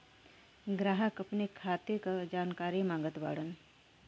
ग्राहक अपने खाते का जानकारी मागत बाणन?